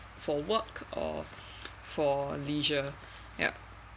for work or for leisure yup